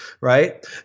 right